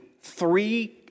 three